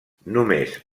només